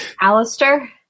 Alistair